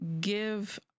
give